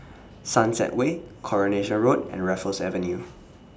Sunset Way Coronation Road and Raffles Avenue